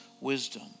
wisdom